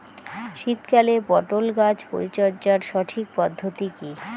শীতকালে পটল গাছ পরিচর্যার সঠিক পদ্ধতি কী?